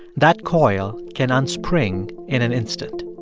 that coil can unspring in an instant,